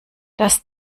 das